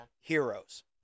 Heroes